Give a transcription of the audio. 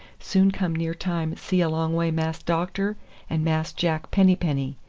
soon come near time see along way mass doctor and mass jack penny-penny.